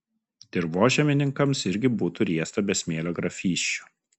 dirvožemininkams irgi būtų riesta be smėlio grafysčių